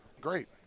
great